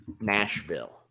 Nashville